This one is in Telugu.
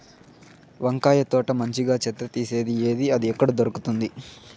వంకాయ తోట మంచిగా చెత్త తీసేది ఏది? అది ఎక్కడ దొరుకుతుంది?